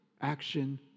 action